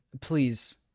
Please